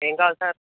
ఏమి కావాలి సార్